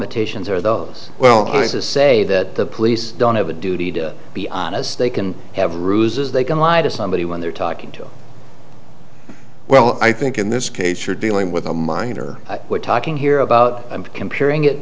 are those well places say that the police don't have a duty to be honest they can have ruses they can lie to somebody when they're talking to well i think in this case you're dealing with a minor we're talking here about comparing it